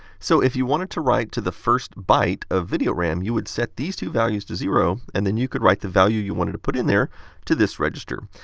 so if you wanted to write to the first byte of video ram, you would set these two values to zero, and then you could write the value you wanted to put in there to this register.